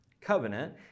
covenant